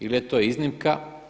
Ili je to iznimka.